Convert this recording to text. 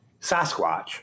Sasquatch